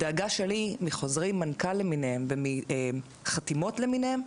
הדאגה שלי מחוזרי מנכ"ל למיניהם וחתימות למיניהן,